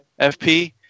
FP